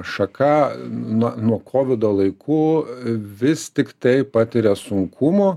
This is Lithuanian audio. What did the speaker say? šaka nuo nuo kovido laikų vis tiktai patiria sunkumų